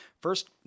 First